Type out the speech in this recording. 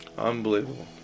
Unbelievable